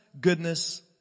goodness